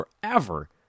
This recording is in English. forever